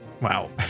Wow